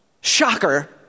Shocker